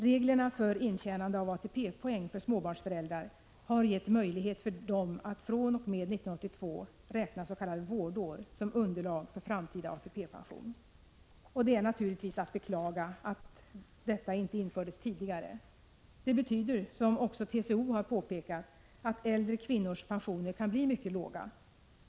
Reglerna för intjänande av ATP-poäng för småbarnsföräldrar har gett möjlighet för dem att fr.o.m. 1982 räkna s.k. vårdår som underlag för framtida ATP-pension. Det är naturligtvis att beklaga att detta inte infördes tidigare. Det betyder, som också TCO har påpekat, att äldre kvinnors pensioner kan bli mycket låga.